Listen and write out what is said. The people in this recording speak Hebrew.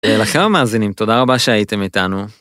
ולכם המאזינים, תודה רבה שהייתם איתנו.